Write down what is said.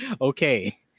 Okay